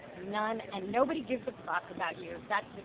none. and nobody gives a ah fck about you. that's